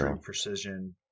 precision